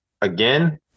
again